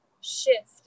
shift